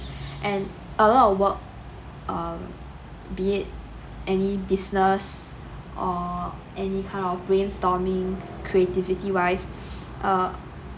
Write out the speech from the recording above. and a lot of work uh be it any business or any kind of brainstorming creativity wise uh